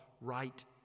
right